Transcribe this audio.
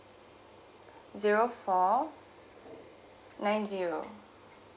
zero four nine zero